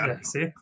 See